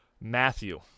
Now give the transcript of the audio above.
Matthew